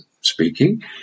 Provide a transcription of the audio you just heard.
speaking